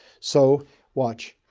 so watch.